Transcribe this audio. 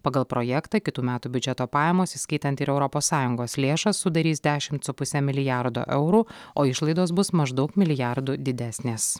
pagal projektą kitų metų biudžeto pajamos įskaitant ir europos sąjungos lėšas sudarys dešimt su puse milijardo eurų o išlaidos bus maždaug milijardu didesnės